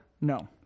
No